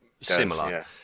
similar